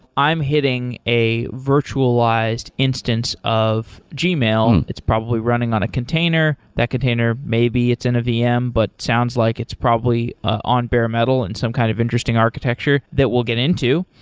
i'm hitting a virtualized instance of gmail. it's probably running on a container, that container maybe it's in a vm, but sounds like it's probably on bare metal and some kind of interesting architecture that we'll get into.